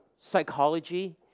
psychology